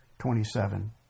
Twenty-seven